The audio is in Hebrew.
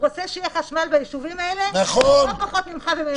רוצה שיהיה חשמל בישובים האלה לא פחות ממך וממני.